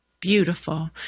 beautiful